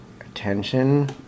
attention